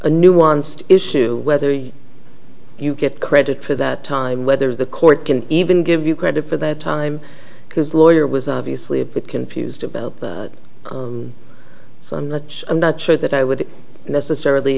a nuanced issue whether you get credit for that time whether the court can even give you credit for their time because lawyer was obviously a bit confused about so i'm not i'm not sure that i would necessarily